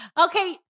Okay